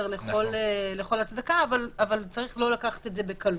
לכל הצדקה אבל צריך לא לקחת את זה בקלות.